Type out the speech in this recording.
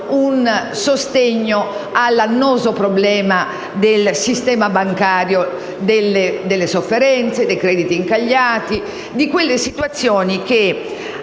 un sostegno all'annoso problema del sistema bancario, delle sofferenze, dei crediti incagliati e di quelle situazioni che,